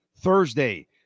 Thursday